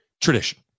tradition